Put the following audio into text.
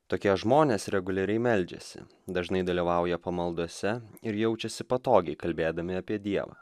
tokie žmonės reguliariai meldžiasi dažnai dalyvauja pamaldose ir jaučiasi patogiai kalbėdami apie dievą